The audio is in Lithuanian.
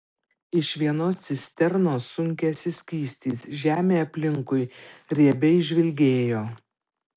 iš vienos cisternos sunkėsi skystis žemė aplinkui riebiai žvilgėjo